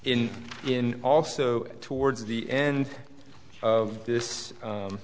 in in also towards the end of this